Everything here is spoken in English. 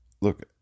look